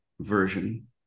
version